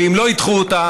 ואם לא ידחו אותה,